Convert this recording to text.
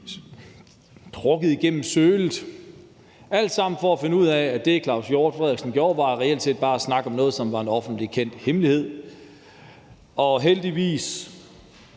trukket igennem sølet, alt sammen for at finde ud af, at det, hr. Claus Hjort Frederiksen gjorde, reelt set bare var at snakke om noget, som var en offentligt kendt hemmelighed. Heldigvis